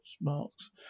marks